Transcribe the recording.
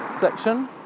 section